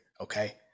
okay